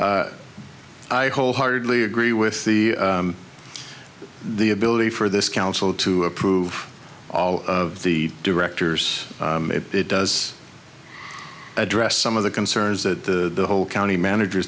i wholeheartedly agree with the the ability for this council to approve all of the directors it does address some of the concerns that the whole county manager